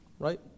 right